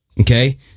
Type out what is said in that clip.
Okay